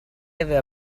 aveva